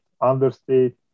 understate